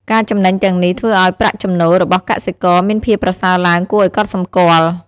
ការចំណេញទាំងនេះ ធ្វើឱ្យប្រាក់ចំណូលរបស់កសិករមានភាពប្រសើរឡើងគួរឱ្យកត់សម្គាល់។